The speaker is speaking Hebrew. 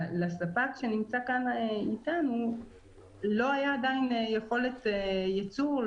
לספק שנמצא כאן איתנו לא הייתה עדיין יכולת ייצור,